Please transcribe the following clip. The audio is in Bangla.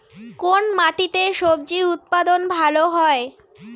কোন মাটিতে স্বজি উৎপাদন ভালো হয়?